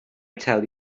tell